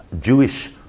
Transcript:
jewish